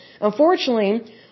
Unfortunately